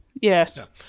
yes